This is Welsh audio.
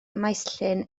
maesllyn